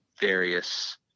various